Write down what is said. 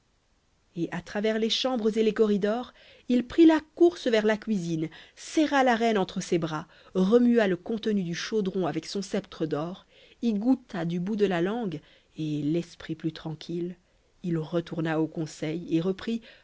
et à travers les chambres et les corridors il prit la course vers la cuisine serra la reine entre ses bras remua le contenu du chaudron avec son sceptre d'or y goûta du bout de la langue et l'esprit plus tranquille il retourna au conseil et reprit